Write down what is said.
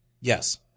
Yes